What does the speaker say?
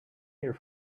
here